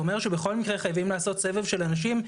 שבכל מקרה חייבים לעשות סבב של אנשים.